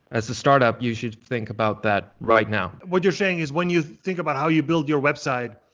as a startup you should think about that right now. what your saying is, when you think about how you build your website,